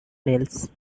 nails